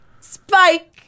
Spike